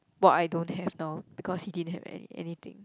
what I don't have now because he didn't have any anything